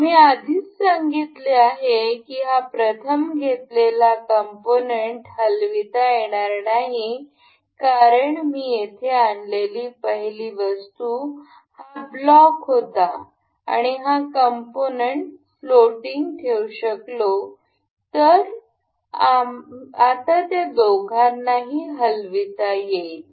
आम्ही आधीच सांगितले आहे की हा प्रथम घेतलेला कॉम्पोनन्ट हलविता येणार नाही कारण मी येथे आणलेली पहिली वस्तू हा ब्लॉक होता आणि हा कॉम्पोनन्ट फ्लोटिंग ठेवू शकलो तर आता त्या दोघांनाही हलविता येईल